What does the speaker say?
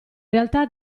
realtà